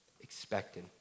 expected